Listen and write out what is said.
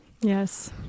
yes